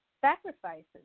sacrifices